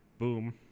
boom